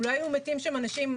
אם לא היו מתים שם אנשים,